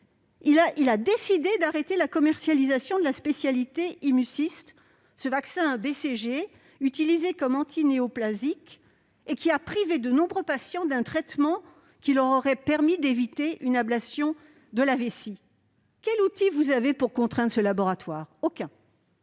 -, a décidé d'arrêter la commercialisation d'Immucyst, un vaccin BCG utilisé comme antinéoplasique, privant ainsi de nombreux patients d'un traitement qui leur aurait permis d'éviter une ablation de la vessie. Quels outils avons-nous pour contraindre ce laboratoire à